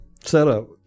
setup